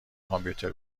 کامپیوتر